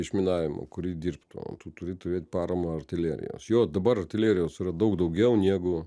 išminavimo kuri dirbtų o tu turi turėt paramą artilerijos jo dabar artilerijos yra daug daugiau negu